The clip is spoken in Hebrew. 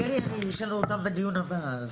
אין בעיה.